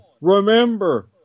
remember